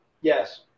yes